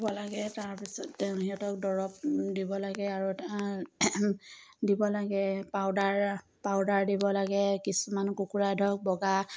দিব লাগে তাৰপিছত তেওঁ সিহঁতক দৰৱ দিব লাগে আৰু দিব লাগে পাউদাৰ পাউদাৰ দিব লাগে কিছুমান কুকুৰা ধৰক বগা